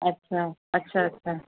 अच्छा अच्छा अच्छा